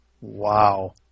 Wow